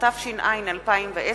התש"ע 2010,